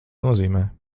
nozīmē